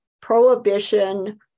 prohibition